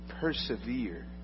persevere